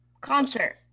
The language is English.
Concert